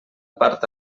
part